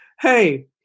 Hey